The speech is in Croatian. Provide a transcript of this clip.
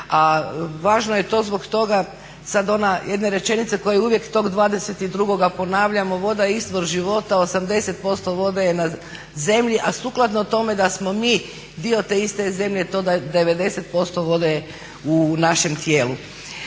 A važno je to zbog toga sada ona jedna rečenica koja je uvijek …/Govornik se ne razumije./… ponavljamo, voda je izvor života, 80% vode je na zemlji a sukladno tome da smo mi dio te iste zemlje, to da 90% vode je u našem tijelu.